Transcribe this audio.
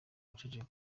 guceceka